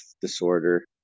disorder